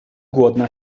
głodna